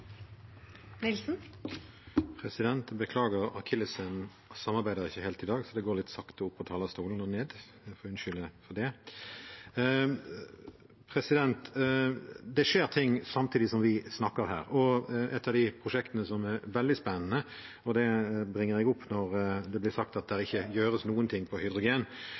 Det skjer ting samtidig som vi snakker her, og et av de prosjektene som er veldig spennende – og det bringer jeg opp når det blir sagt at det ikke gjøres noen ting på hydrogen